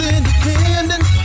Independent